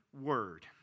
word